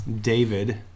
David